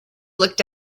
looked